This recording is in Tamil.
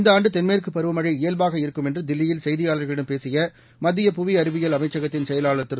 இந்த ஆண்டு தென்மேற்கு பருவமழை இயல்பாக இருக்கும் என்று தில்லியில் செய்தியாளர்களிடம் பேசிய மத்திய புவி அறிவியல் அமைச்சகத்தின் செயலாளர் திரு